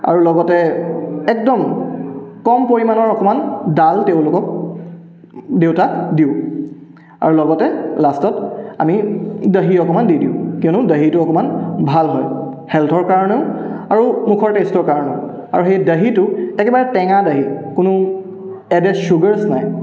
আৰু লগতে একদম কম পৰিমাণৰ অকণমান দাল তেওঁলোকক দেউতাক দিওঁ আৰু লগতে লাষ্টত আমি দহি অকণমান দি দিওঁ কিয়নো দহিটো অকণমান ভাল হয় হেলথৰ কাৰণেও আৰু মুখৰ টেষ্টৰ কাৰণেও আৰু সেই দহিটো একেবাৰে টেঙা দহি কোনো এডেড ছুগাৰ্ছ নাই